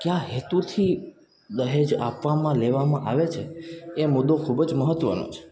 કયા હેતુથી દહેજ આપવામાં લેવામાં આવે છે એ મુદો ખૂબ જ મહત્ત્વનો છે